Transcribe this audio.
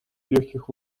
легких